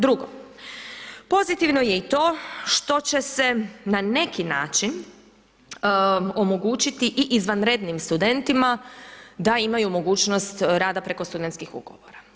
Drugo, pozitivno je i to što će se na neki način omogućiti i izvanrednim studentima da imaju mogućnost rada preko studentskih ugovora.